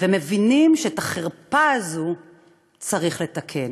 ומבינים שאת החרפה הזאת צריך לתקן.